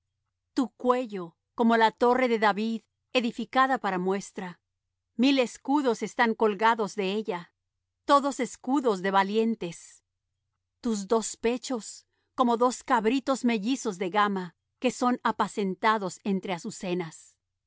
tu cuello como la torre de david edificada para muestra mil escudos están colgados de ella todos escudos de valientes tus dos pechos como dos cabritos mellizos de gama que son apacentados entre azucenas